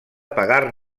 pagar